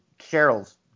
Cheryl's